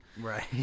Right